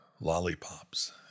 lollipops